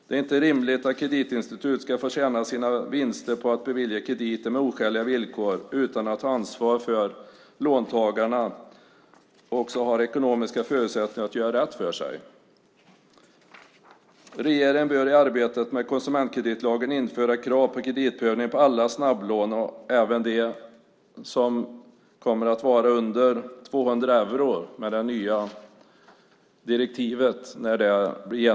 Det är inte rimligt att kreditinstitut ska få sina vinster genom att bevilja krediter med oskäliga villkor utan att ta ansvar för att låntagaren också har ekonomiska förutsättningar att göra rätt för sig. Regeringen bör i arbetet med konsumentkreditlagen införa krav på kreditprövning på alla snabblån och även de som kommer att vara under 200 euro när det nya direktivet är genomfört i Sverige.